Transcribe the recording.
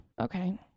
okay